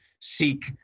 seek